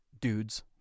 Dudes